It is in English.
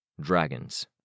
Dragon's